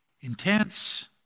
intense